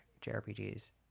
JRPGs